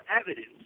evidence